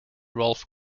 ralph